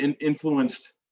influenced